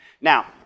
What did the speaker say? Now